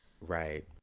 Right